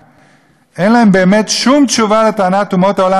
אין להם באמת שום תשובה על טענת אומות העולם: ליסטים אתם,